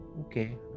okay